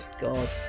God